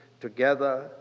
together